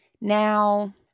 Now